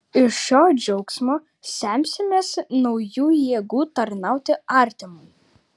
iš šio džiaugsmo semsimės naujų jėgų tarnauti artimui